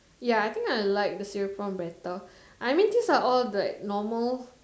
ya I think I like the cereal prawn better I mean these are all like normal